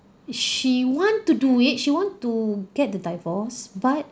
she want to do it she want to get the divorce but